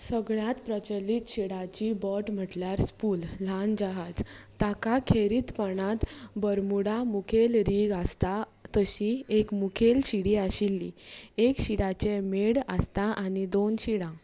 सगळ्यांत प्रचलीत शिडाची बोट म्हणल्यार स्लूप ल्हान जहाज ताका खेरीतपणान बर्मुडा मुखेल रिग आसता तशी एक मुखेल शीडी आशिल्ली एक शिडाची मेड आसता आनी दोन शिडां